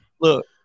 Look